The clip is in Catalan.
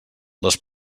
les